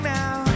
now